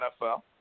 NFL